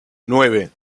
nueve